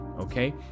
okay